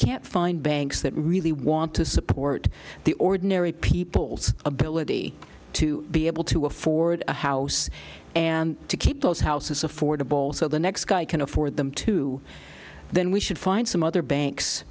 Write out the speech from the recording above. can't find banks that really want to support the ordinary people's ability to be able to afford a house and to keep those houses affordable so the next guy can afford them too then we should find some other banks